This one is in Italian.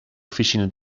officine